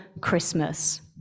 christmas